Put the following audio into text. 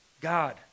God